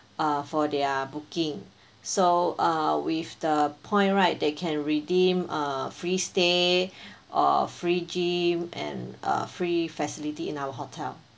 uh for their booking so uh with the point right they can redeem a free stay or free gym and a free facility in our hotel